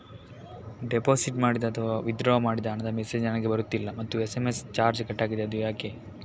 Deposit ಮಾಡಿದ ಅಥವಾ withdraw ಮಾಡಿದ ಹಣದ ಮೆಸೇಜ್ ನನಗೆ ಬರುತ್ತಿಲ್ಲ ಮತ್ತು ಎಸ್.ಎಂ.ಎಸ್ ಚಾರ್ಜ್ ಕಟ್ಟಾಗಿದೆ ಅದು ಯಾಕೆ?